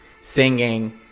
singing